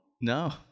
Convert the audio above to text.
No